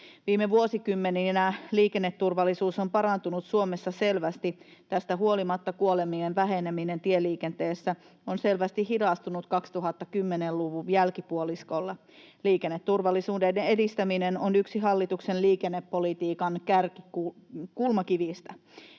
Viime vuosikymmeninä liikenneturvallisuus on parantunut Suomessa selvästi. Tästä huolimatta kuolemien väheneminen tieliikenteessä on selvästi hidastunut 2010-luvun jälkipuoliskolla. Liikenneturvallisuuden edistäminen on yksi hallituksen liikennepolitiikan kulmakivistä.